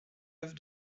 œuvre